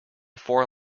four